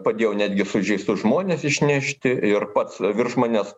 padėjau netgi sužeistus žmones išnešti ir pats virš manęs